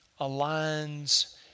aligns